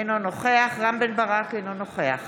אינו נוכח רם בן ברק, אינו נוכח